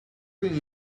going